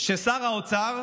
ששר האוצר,